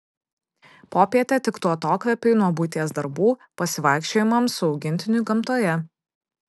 popietė tiktų atokvėpiui nuo buities darbų pasivaikščiojimams su augintiniu gamtoje